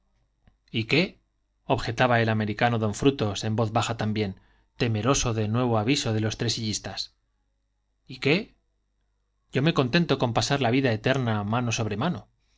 y qué objetaba el americano don frutos en voz baja también temeroso de nuevo aviso de los tresillistas y qué yo me contento con pasar la vida eterna mano sobre mano